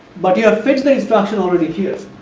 but you have fetch the instruction already here.